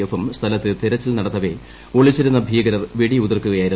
F ഉം സ്ഥലത്ത് ഉതരച്ചിൽ നടത്തവെ ഒളിച്ചിരുന്ന ഭീകരർ വെടിയുതിർക്കുകയായിരുന്നു